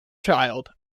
child